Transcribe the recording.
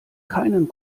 keinen